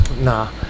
Nah